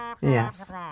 yes